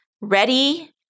ready